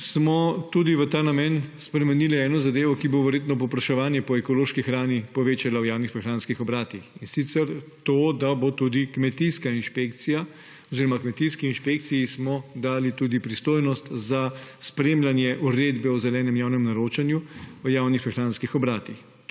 smo tudi v ta namen spremenili eno zadevo, ki bo verjetno povpraševanje po ekološki hrani povečala v javnih prehranskih obratih, in sicer to, da bo tudi kmetijska inšpekcija oziroma kmetijski inšpekciji smo dali tudi pristojnost Uredbe o zelenem javnem naročanju v javnih prehranskih obratih.